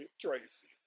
Tracy